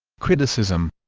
criticism